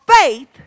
faith